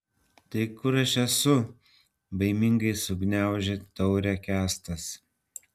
tai kur aš esu baimingai sugniaužė taurę kęstas